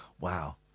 Wow